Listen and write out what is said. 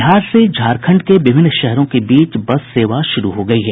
बिहार से झारखंड के विभिन्न शहरों के बीच बस सेवा शुरू हो गयी है